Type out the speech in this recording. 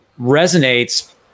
resonates